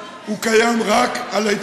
הוא לא קיים על שום מגזר באוכלוסייה,